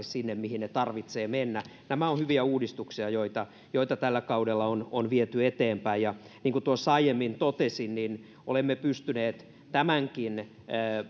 sinne mihin niiden tarvitsee mennä nämä ovat hyviä uudistuksia joita joita tällä kaudella on on viety eteenpäin niin kuin tuossa aiemmin totesin niin olemme pystyneet tämänkin